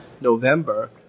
November